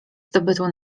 zdobytą